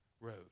road